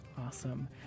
Awesome